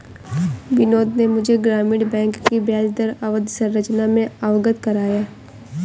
बिनोद ने मुझे ग्रामीण बैंक की ब्याजदर अवधि संरचना से अवगत कराया